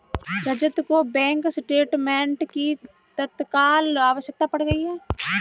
रजत को bank statement की तत्काल आवश्यकता पड़ गई है